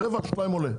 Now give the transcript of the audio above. הרווח של הבנקים עולה.